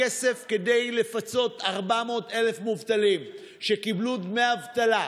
הכסף כדי לפצות 400,000 מובטלים שקיבלו דמי אבטלה,